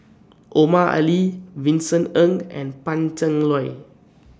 Omar Ali Vincent Ng and Pan Cheng Lui